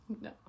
no